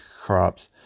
crops